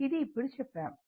ఇది ఇప్పుడు చెప్పాము